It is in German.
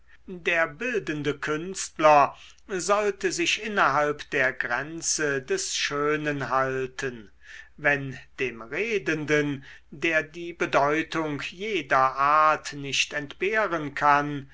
der bildende künstler sollte sich innerhalb der grenze des schönen halten wenn dem redenden der die bedeutung jeder art nicht entbehren kann